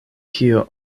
kio